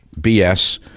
BS